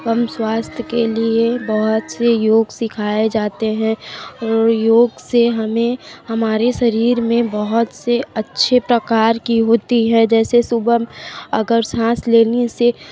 एवं स्वास्थय के लिए बहुत से योग सिखाए जाते हैं और योग से हमें हमारे शरीर में बहुत से अच्छे प्रकार की होती हैं जैसे सुबह अगर साँस लेने से